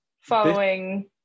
Following